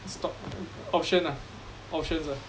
stock option ah options ah